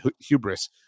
hubris